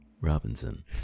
Robinson